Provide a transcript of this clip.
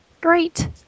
Great